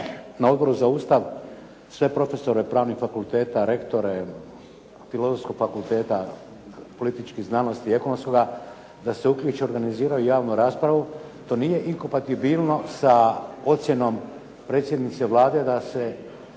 na Odbor za Ustav sve profesore pravnih fakulteta, rektore Filozofskog fakulteta, političkih znanosti, ekonomskoga, da se uključe i organiziraju u javnu raspravu. To nije inkompatibilno sa ocjenom predsjednice Vlade da se